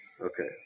Okay